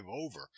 over